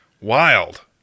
Wild